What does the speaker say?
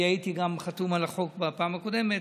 אני הייתי גם חתום על החוק בפעם הקודמת.